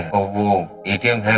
ah will again